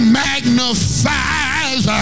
magnifies